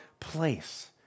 Place